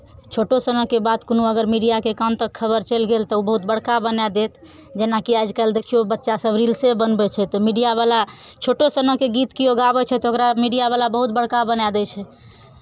छोटो सन्हक बात कोनो अगर मीडियाके कान तक खबर चलि गेल तऽ ओ बहुत बड़का बनाए देत जेनाकि आजकल देखियौ बच्चासभ रील्से बनबै छै तऽ मीडियावला छोटो सनक गीत केओ गाबै छै तऽ ओकरा मीडियावला बहुत बड़का बनाए दै छै